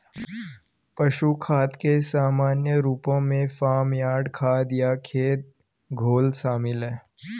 पशु खाद के सामान्य रूपों में फार्म यार्ड खाद या खेत घोल शामिल हैं